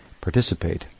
participate